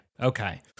okay